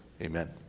Amen